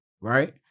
right